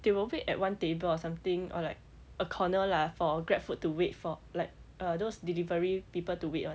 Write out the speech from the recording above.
they will wait at one table or something or like a corner lah for grab food to wait for like uh those delivery people to wait [one]